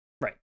right